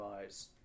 Eyes